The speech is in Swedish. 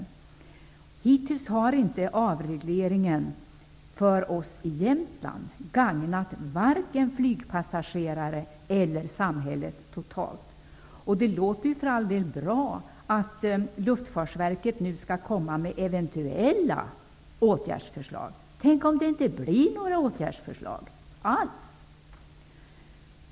För oss i Jämtland har avregleringen hittills gagnat varken flygpassagerare eller samhället totalt. Det låter för all del bra att Luftfartsverket nu skall komma med eventuella åtgärdsförslag. Tänk om det inte blir några åtgärdsförslag alls!